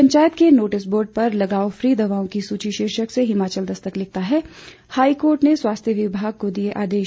पंचायत के notice board पर लगाओ फ्री दवाओं की सुची शीर्षक से हिमाचल दस्तक लिखता है हाईकोर्ट ने स्वास्थ्य विभाग को दिए आदेश